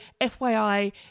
FYI